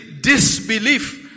disbelief